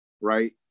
right